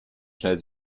schnell